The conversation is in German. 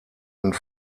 und